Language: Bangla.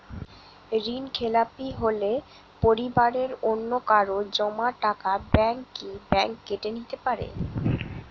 ঋণখেলাপি হলে পরিবারের অন্যকারো জমা টাকা ব্যাঙ্ক কি ব্যাঙ্ক কেটে নিতে পারে?